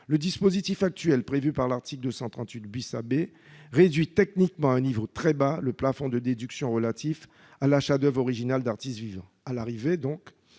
le dispositif actuel prévu par l'article 238 AB réduit techniquement à un niveau très bas le plafond de déduction relatif à l'achat d'oeuvres originales d'artistes vivants.